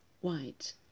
white